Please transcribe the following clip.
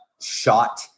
Shot